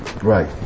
right